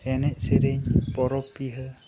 ᱮᱱᱮᱡ ᱥᱮᱨᱮᱧ ᱯᱚᱨᱚᱵᱽ ᱵᱤᱦᱟᱹ